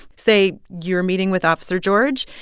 say, you're meeting with officer george?